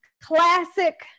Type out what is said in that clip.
classic